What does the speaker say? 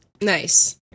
Nice